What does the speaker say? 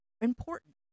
important